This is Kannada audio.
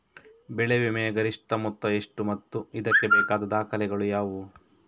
ಬೆಳೆ ವಿಮೆಯ ಗರಿಷ್ಠ ಮೊತ್ತ ಎಷ್ಟು ಮತ್ತು ಇದಕ್ಕೆ ಬೇಕಾದ ದಾಖಲೆಗಳು ಯಾವುವು?